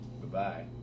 Goodbye